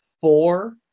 four